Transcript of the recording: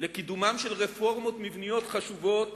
ולקידומן של רפורמות מבניות חשובות,